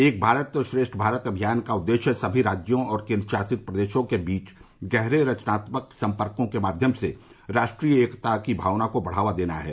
एक भारत श्रेष्ठ भारत अभियान का उद्देश्य सभी राज्यों और केन्द्रशासित प्रदेशों के बीच गहरे रचनात्मक संपर्को के माध्यम से राष्ट्रीय एकता की भावना को बढ़ावा देना है